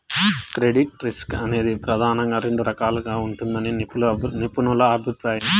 credit risk అనేది ప్రెదానంగా రెండు రకాలుగా ఉంటదని నిపుణుల అభిప్రాయం